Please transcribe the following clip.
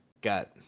got